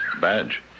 badge